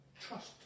trust